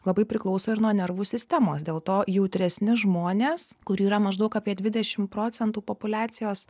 labai priklauso ir nuo nervų sistemos dėl to jautresni žmonės kur yra maždaug apie dvidešimt procentų populiacijos